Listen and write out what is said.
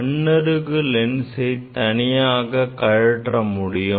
கண்ணருகு லென்ஸை தனியாக கழற்ற முடியும்